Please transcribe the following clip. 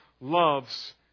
loves